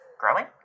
Growing